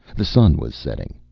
the sun was setting,